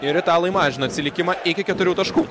ir italai mažina atsilikimą iki keturių taškų